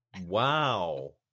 wow